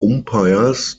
umpires